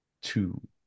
two